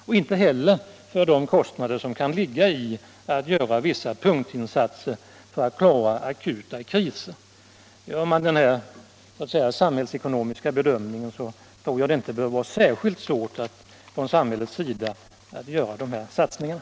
Samma sak gäller de kostnader som kan behövas om man gör vissa punktinsatser för att klara akuta kriser. Utifrån en sådan samhällsekonomisk bedömning tror jag inte det behöver vara särskilt svårt för samhället att göra de erforderliga satsningarna.